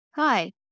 Hi